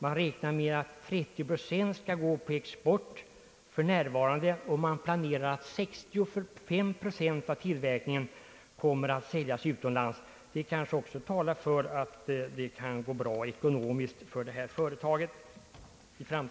Man beräknar att för närvarande 30 procent av produktionen skall gå på export, och man planerar att 65 procent av tillverkningen kommer att säljas utomlands. Detta kanske också talar för att det i framtiden kan gå bra ekonomiskt för det här företaget.